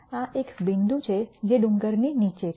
આ એક બિંદુ છે જે ડુંગરની નીચે છે